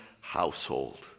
household